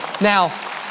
Now